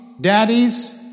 Daddies